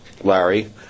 Larry